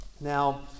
Now